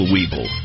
Weeble